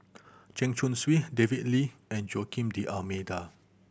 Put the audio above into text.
Chen Chong Swee David Lee and Joaquim D'Almeida